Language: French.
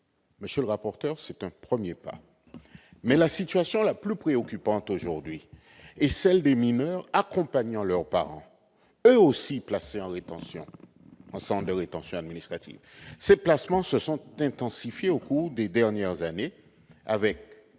Monsieur le rapporteur, c'est un premier pas ! Mais la situation la plus préoccupante aujourd'hui est celle des mineurs accompagnant leurs parents, eux aussi placés en centre de rétention administrative. Ces placements se sont intensifiés au cours des dernières années.